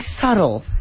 subtle